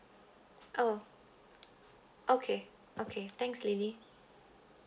oh okay okay thanks lily